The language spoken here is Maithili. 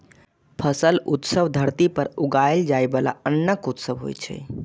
फसल उत्सव धरती पर उगाएल जाइ बला अन्नक उत्सव होइ छै